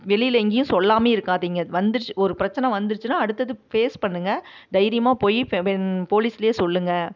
வெளியில் எங்கேயும் சொல்லாமலும் இருக்காதிங்க வந்துடுச்சு ஒரு பிரச்சனை வந்துடுச்சுனா அடுத்தது ஃபேஸ் பண்ணுங்கள் தைரியமாக போய் போலீஸில் சொல்லுங்கள்